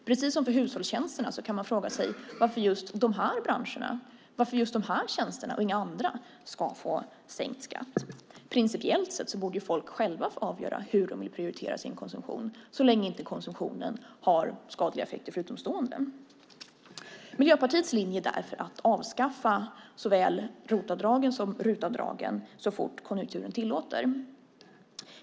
Precis som för hushållstjänsterna kan man fråga sig varför just de här branscherna, varför just de här tjänsterna och inga andra ska få sänkt skatt. Principiellt sett borde folk själva få avgöra hur de vill prioritera sin konsumtion, så länge inte konsumtionen har skadliga effekter för utomstående. Miljöpartiets linje är därför att avskaffa såväl ROT-avdragen som RUT-avdragen så fort konjunkturen tillåter.